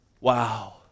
Wow